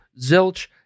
zilch